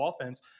offense –